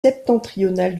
septentrionale